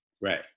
Right